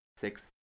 six